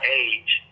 age